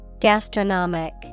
Gastronomic